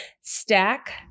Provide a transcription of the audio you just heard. Stack